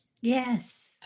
Yes